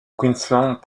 queensland